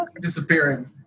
disappearing